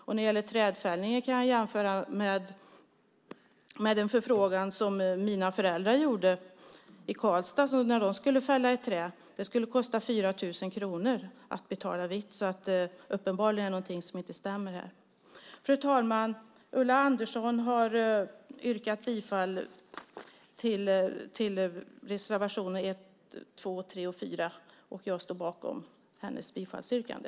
När det gäller trädfällningen kan jag jämföra med en förfrågan som mina föräldrar gjorde i Karlstad när de skulle fälla ett träd. Det skulle kosta 4 000 kronor att betala vitt. Uppenbarligen är det någonting som inte stämmer här. Fru talman! Ulla Andersson har yrkat bifall till reservationerna 2, 5 och 8. Jag står bakom hennes bifallsyrkande.